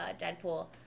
Deadpool